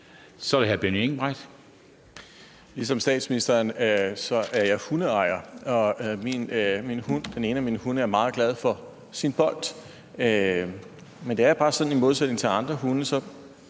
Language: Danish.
Kl. 22:47 Benny Engelbrecht (S): Ligesom statsministeren er jeg hundeejer. Og den ene af mine hunde er meget glad for sin bold. Men i modsætning til andre hunde